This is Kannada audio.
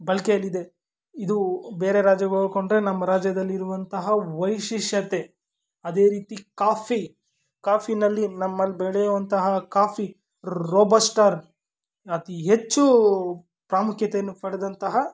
ಬಳಕೆಯಲ್ಲಿದೆ ಇದು ಬೇರೆ ರಾಜ್ಯಗಳ್ ಕೊಂಡರೆ ನಮ್ಮ ರಾಜ್ಯದಲ್ಲಿರುವಂತಹ ವೈಶಿಷ್ಟ್ಯತೆ ಅದೇ ರೀತಿ ಕಾಫಿ ಕಾಫಿನಲ್ಲಿ ನಮ್ಮಲ್ಲಿ ಬೆಳೆಯೋಂತಹ ಕಾಫಿ ರೋಬೋಸ್ಟಾರ್ ಅತಿ ಹೆಚ್ಚು ಪ್ರಾಮುಖ್ಯತೆಯನ್ನು ಪಡೆದಂತಹ